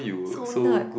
so nerd